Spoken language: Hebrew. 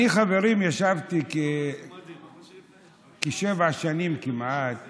אני, חברים, ישבתי כשבע שנים כמעט